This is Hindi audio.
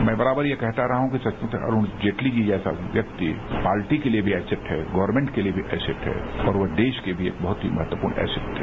मैं बराबर यह कहता रहा हूं कि सचमुच अरूण जेटली जी जैसा व्य्यक्ति पार्टी के लिए एसेट हैं गवर्नेमेंट के लिए भी एसेट हैं और वो देश के लिए भी बहुत ही महत्वपूर्ण एसेट हैं